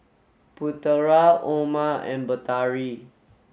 Putera Omar and Batari